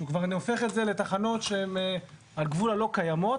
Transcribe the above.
שאני כבר הופך את זה לתחנות שהן על גבול הלא קיימות.